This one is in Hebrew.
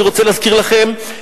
אני רוצה להזכיר לכם,